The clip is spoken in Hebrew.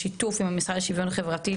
בשיתוף עם המשרד לשוויון חברתי,